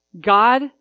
God